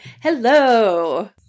Hello